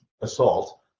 assault